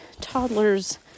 toddler's